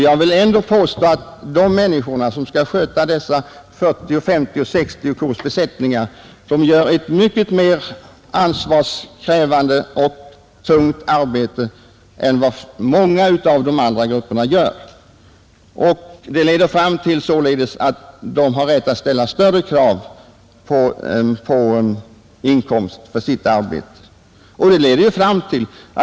Jag vill ändå påstå att de människor som skall sköta dessa 40—50—60-korsbesättningar gör ett mycket mer ansvarskrävande och tungt arbete än vad många inom de här åberopade grupperna gör. Det leder fram till att de har rätt att ställa större krav på inkomst för sitt arbete.